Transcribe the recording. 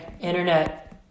internet